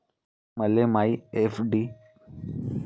मले मायी एफ.डी बंद कराची हाय